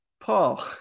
Paul